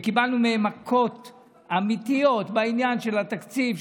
וקיבלנו מהם מכות אמיתיות בעניין של התקציב,